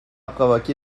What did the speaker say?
provoqué